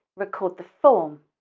record the form.